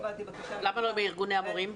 למה לא עם ארגוני המורים?